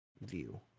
view